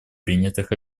принятых